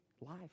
life